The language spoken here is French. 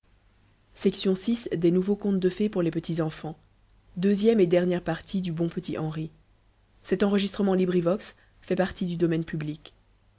nouveaux contes de fées pour les petits enfants by